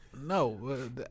No